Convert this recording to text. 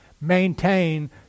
maintain